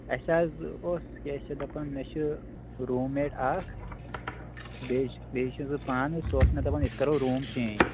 اَسہِ حظ اوس کیٛاہ چھِ اتھ دَپان مےٚ چھُ روٗمیٹ اَکھ بیٚیہِ بیٚیہِ چھُ سُہ پانے سُہ اوس مےٚ دَپان أسۍ کَرو روٗم چینٛج